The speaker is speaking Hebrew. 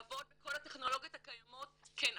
לעבוד בכל הטכנולוגיות הקיימות, כן.